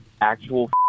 actual